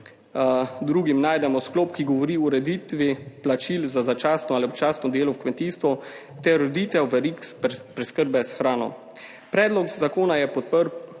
drugim najdemo sklop, ki govori o ureditvi plačil za začasno ali občasno delo v kmetijstvu ter ureditev verig preskrbe s hrano. Predlog zakona je podprl